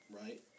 right